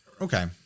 Okay